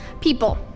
People